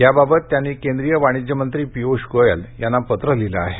यांबाबत त्यांनी केंद्रीय वाणिज्य मंत्री पियुष गोयल यांना पत्र लिहिलं आहे